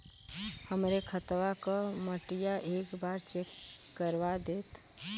हमरे खेतवा क मटीया एक बार चेक करवा देत?